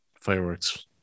fireworks